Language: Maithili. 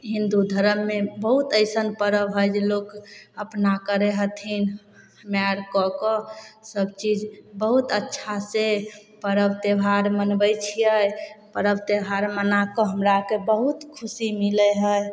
हिन्दू धर्ममे बहुत एसन पर्व हइ जे लोक अपना करय हथिन मै कऽ कऽ सब चीज बहुत अच्छासँ पर्व त्योहार मनबय छियै पर्व त्योहार मना कऽ हमरा अरके बहुत खुशी मिलय हइ